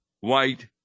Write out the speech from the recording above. white